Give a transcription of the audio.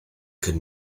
could